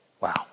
Wow